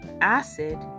acid